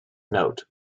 note